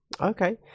Okay